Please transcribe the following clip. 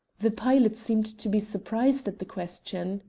the pilot seemed to be surprised at the question.